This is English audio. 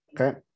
Okay